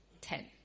Ten